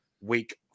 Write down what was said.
week